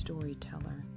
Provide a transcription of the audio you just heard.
storyteller